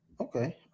okay